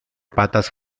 patas